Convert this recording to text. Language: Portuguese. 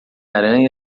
aranha